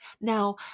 Now